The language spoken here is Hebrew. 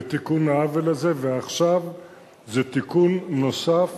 ותיקון העוול הזה, ועכשיו זה תיקון נוסף